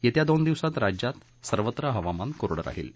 यस्वी दोन दिवसात राज्यात सर्वत्र हवामान कोरडं राहील